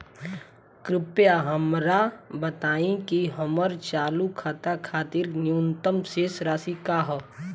कृपया हमरा बताइं कि हमर चालू खाता खातिर न्यूनतम शेष राशि का ह